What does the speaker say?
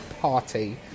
party